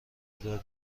داریم